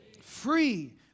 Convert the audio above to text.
Free